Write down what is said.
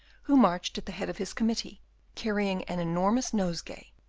who marched at the head of his committee carrying an enormous nosegay,